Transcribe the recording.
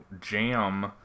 jam